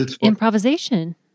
improvisation